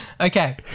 Okay